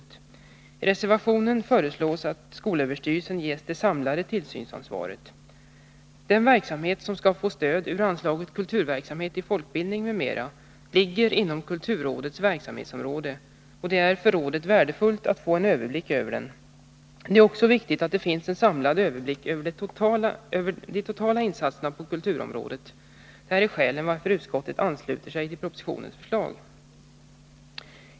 I reservationen föreslås att skolöverstyrelsen ges det samlade tillsynsansvaret. Den verksamhet som skall få stöd ur anslaget Bidrag till kulturverksamhet i folkbildningen m.m. ligger inom kulturrådets verksamhetsområde, och det är för rådet värdefullt att få en överblick över den. Det är också viktigt att det finns en samlad överblick över de totala insatserna på kulturområdet. Det är skälen till att utskottet ansluter sig till propositionens förslag.